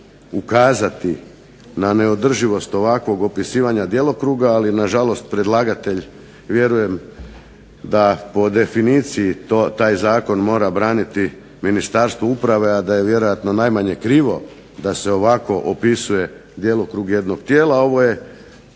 ukazati na neodrživost ovakvog opisivanja djelokruga, ali na žalost, predlagatelj vjerujem da po definiciji taj Zakon mora braniti Ministarstvo uprave a da je vjerojatno najmanje krivo da se ovako opisuje djelokrug ovog tijela, ovo je